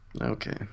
Okay